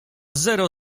zero